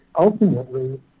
ultimately